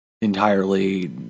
Entirely